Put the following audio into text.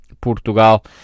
Portugal